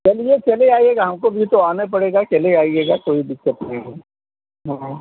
चलिए चले आइएगा हमको भी तो आना पड़ेगा चले आइएगा कोई दिक्कत नहीं है हाँ